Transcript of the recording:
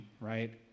right